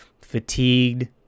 fatigued